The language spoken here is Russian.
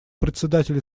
председатель